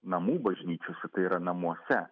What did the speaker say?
namų bažnyčiose tai yra namuose